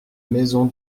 maison